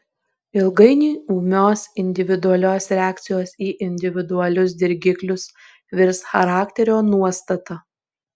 ilgainiui ūmios individualios reakcijos į individualius dirgiklius virs charakterio nuostata